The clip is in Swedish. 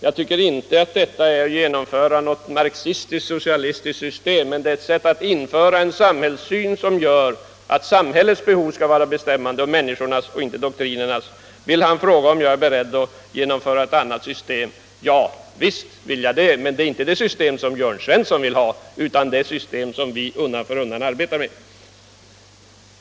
Jag tycker inte att detta är att genomföra något marxistiskt-socialistiskt system, men det är ett sätt att införa en samhällssyn som betyder att samhällets och människornas behov skall vara bestämmande, inte doktrinerna. När Jörn Svensson frågar om jag är beredd att införa ett annat system kan jag svara: Ja, visst är jag det, men inte det system som Jörn Svensson vill ha, utan det system som vi undan för undan arbetar med.